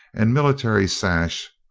and military sash,